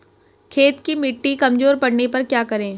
खेत की मिटी कमजोर पड़ने पर क्या करें?